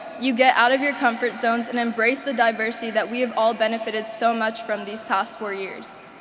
you get out of your comfort zones and embrace the diversity that we have all benefited so much from these past four years.